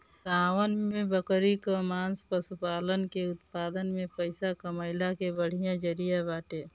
गांवन में बकरी कअ मांस पशुपालन के उत्पादन में पइसा कमइला के बढ़िया जरिया बाटे